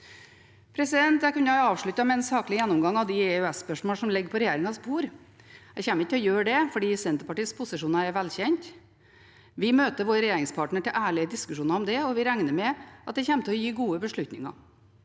Jeg kunne avsluttet med en saklig gjennomgang av de EØS-spørsmålene som ligger på regjeringens bord. Jeg kommer ikke til å gjøre det, fordi Senterpartiets posisjoner er velkjente. Vi møter vår regjeringspartner til ærlige diskusjoner om det, og vi regner med at det kommer til å gi gode beslutninger.